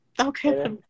okay